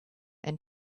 and